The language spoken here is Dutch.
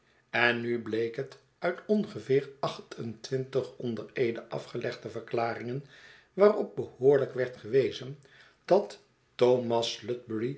en nu bleek het uit ongeveer acht-en-twintig onder eede afgelegde verklaringen waarop behoorlijk werd gewezen dat thomas